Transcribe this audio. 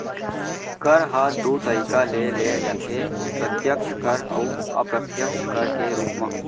कर ह दू तरीका ले लेय जाथे प्रत्यक्छ कर अउ अप्रत्यक्छ कर के रूप म